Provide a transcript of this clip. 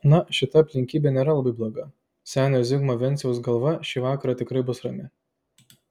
na šita aplinkybė nėra labai bloga senio zigmo venciaus galva šį vakarą tikrai bus rami